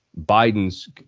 Biden's